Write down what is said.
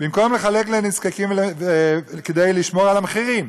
במקום לחלק לנזקקים, כדי לשמור על המחירים.